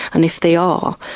and if they are,